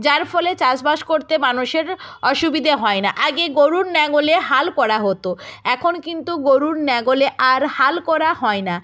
যার ফলে চাষবাস করতে মানুষের অসুবিদে হয় না আগে গোরুর লাঙলে হাল করা হতো এখন কিন্তু গোরুর লাঙলে আর হাল করা হয় না